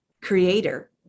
creator